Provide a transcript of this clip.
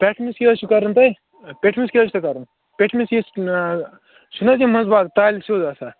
پٮ۪ٹھۍمِس کیٛاہ حظ چھُ کَرُن تۄہہِ پٮ۪ٹھۍ مِس کیٛاہ حظ چھُ تۅہہِ کَرُن پٮ۪ٹھۍ مِس کیٛاہ چھُ چھُنہٕ یہِ منٛزباگ تالہِ سیوٚد آسان